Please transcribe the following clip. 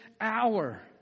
hour